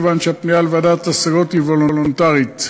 כיוון שהפנייה לוועדת השגות היא וולונטרית.